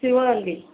Sivaganga